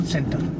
Center